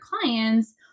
clients